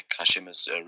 Kashima's